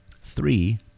Three